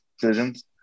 decisions